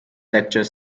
lecture